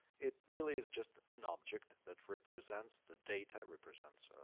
it really is just an object that represents the data. represents,